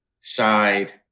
shied